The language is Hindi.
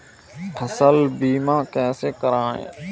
फसल बीमा कैसे कराएँ?